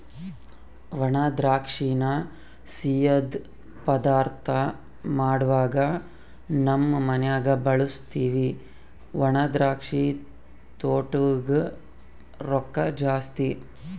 ಒಣದ್ರಾಕ್ಷಿನ ಸಿಯ್ಯುದ್ ಪದಾರ್ಥ ಮಾಡ್ವಾಗ ನಮ್ ಮನ್ಯಗ ಬಳುಸ್ತೀವಿ ಒಣದ್ರಾಕ್ಷಿ ತೊಟೂಗ್ ರೊಕ್ಕ ಜಾಸ್ತಿ